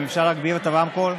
אם אפשר להגביר את הרמקול.